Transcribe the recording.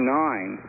nine